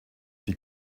die